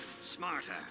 smarter